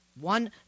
One